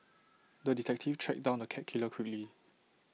the detective tracked down the cat killer quickly